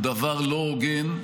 הוא דבר לא הוגן,